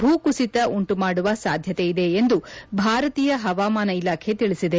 ಭೂ ಕುಸಿತ ಉಂಟುಮಾಡುವ ಸಾಧ್ಯತೆ ಇದೆ ಎಂದು ಭಾರತೀಯ ಹವಾಮಾನ ಇಲಾಖೆ ತಿಳಿಸಿದೆ